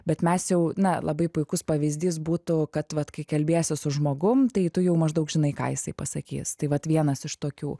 bet mes jau na labai puikus pavyzdys būtų kad vat kai kalbiesi su žmogum tai tu jau maždaug žinai ką jisai pasakys tai vat vienas iš tokių